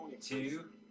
two